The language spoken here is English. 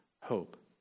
hope